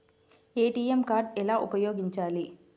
ATM card ఎలా ఉపయోగించాలి?